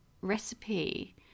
recipe